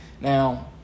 Now